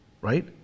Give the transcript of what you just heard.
Right